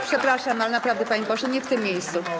Przepraszam, ale naprawdę, panie pośle, nie w tym miejscu.